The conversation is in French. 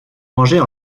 manger